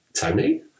Tony